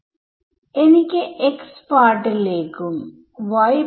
പരിധിയിൽ ഇത് എനിക്ക് ഡിഫറെൻഷിയൽ ഇക്വേഷൻതരുന്നു